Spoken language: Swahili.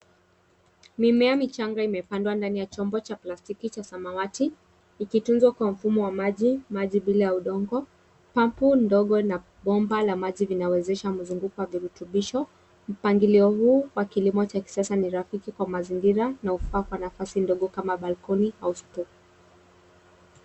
Mimea michanga imepandwa ndani ya chombo cha plastiki cha samawati, ikitunzwa kwa mfumo wa maji, maji bila udongo. Pampu ndogo na bomba la maji vinawezesha mzunguko wa virutubisho. Mpangilio huu wa kilimo cha kisasa ni rafiki kwa mazingira na hufaa kwa nafasi ndogo kama balkoni au store .